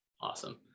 Awesome